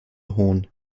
hohn